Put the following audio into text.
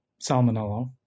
Salmonella